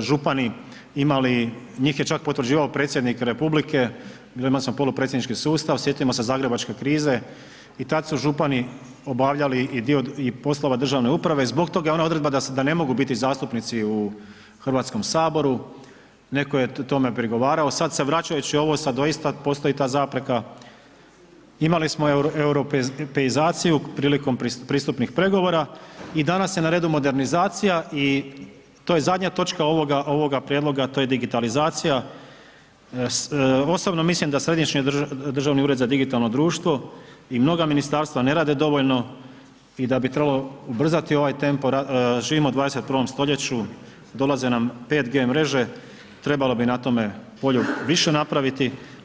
župani imali, njih je čak potvrđivao Predsjednik Republike, imali smo polupredsjednički sustav, sjetimo se zagrebačke krize i tad su župani obavljali i dio poslova državne uprave, zbog toga je ona odredba da ne mogu biti zastupnici u Hrvatskom saboru, netko je tome prigovarao, sad se vraćajući ovo sa doista postoji ta zapreka, imali smo europeizaciju prilikom pristupnih pregovora i danas je na redu modernizacija i to je zadnja točka ovoga prijedloga, to je digitalizacija, osobno mislim da Središnji državni u red za digitalno društvo i mnoga ministarstva ne rade dovoljno i da bi trebali ubrzati ovaj tempo, živimo u 21. st., dolaze nam 5G mreže, trebalo bi na tome polju više napraviti.